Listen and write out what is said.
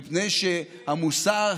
מפני שהמוסר,